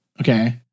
Okay